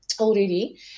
already